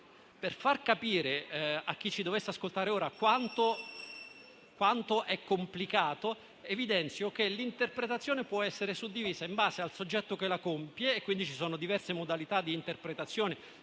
Per far capire a chi ci dovesse ascoltare ora quanto è complicato, evidenzio che l'interpretazione può essere suddivisa in base al soggetto che la compie (ci sono quindi diverse modalità di interpretazione: